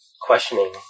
questioning